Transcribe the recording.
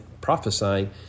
prophesying